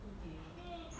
okay